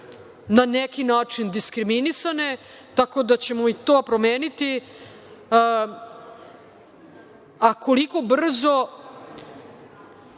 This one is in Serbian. na neki način diskriminisane, tako da ćemo i to promeniti. A, koliko brzo.